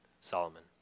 Solomon